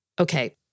okay